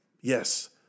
Yes